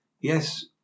yes